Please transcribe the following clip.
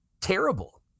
terrible